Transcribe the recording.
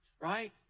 right